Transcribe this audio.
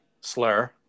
slur